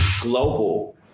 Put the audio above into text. global